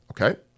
okay